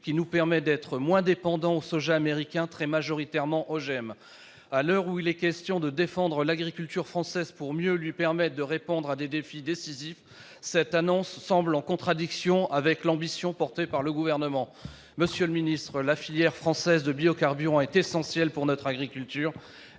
qui nous permet d'être moins dépendants du soja américain, très majoritairement OGM. À l'heure où il est question de défendre l'agriculture française, pour mieux lui permettre de répondre à des défis décisifs, cette annonce semble en contradiction avec l'ambition portée par le Gouvernement. Monsieur le ministre d'État, la filière française de biocarburants est essentielle pour notre agriculture.